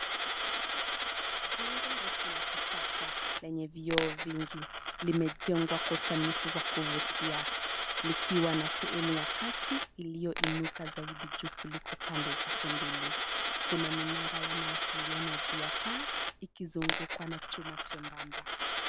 Jengo refu la kisasa lenye vioo vingi. Limejengwa kwa usanifu wa kuvutia likiwa na sehemu ya kati iliyoinuka zaidi juu kuliko pande zake mbili. Kuna minara ya mawasiliano juu ya paa ikizungukwa na chuma chembamba.